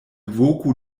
voku